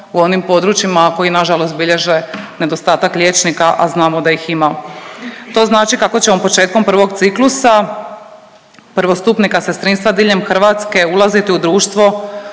u onim područjima koji nažalost bilježe nedostatak liječnika, a znamo da ih ima. To znači kako ćemo početkom prvog ciklusa prvostupnika sestrinstva diljem Hrvatske ulaziti u društvo